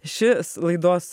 šis laidos